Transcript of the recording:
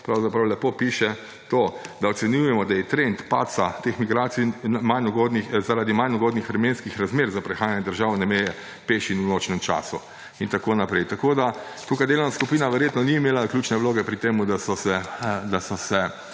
pravzaprav lepo piše to, da »ocenjujemo, da je trend padca teh migracij zaradi manj ugodnih vremenskih razmer za prehajanje državne meje peš in v nočnem času« in tako naprej. Tukaj delovna skupina verjetno ni imela ključne vloge pri tem, da so se